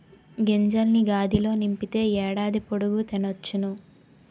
గింజల్ని గాదిలో నింపితే ఏడాది పొడుగు తినొచ్చును